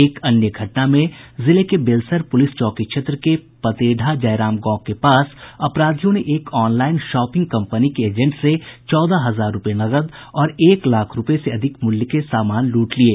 एक अन्य घटना में जिले के बेलसर पुलिस चौकी क्षेत्र के पतेढ़ा जयराम गांव के पास अपराधियों ने एक ऑनलाईन शॉपिंग कम्पनी के एजेंट से चौदह हजार रूपये नकद और एक लाख रूपये से अधिक मूल्य के सामान लूट लिये